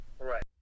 Right